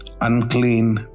unclean